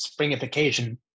springification